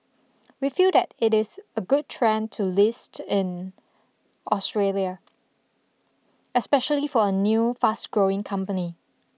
we feel that it is a good trend to list in Australia especially for a new fast growing company